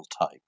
type